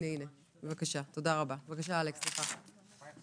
דוגמה אחת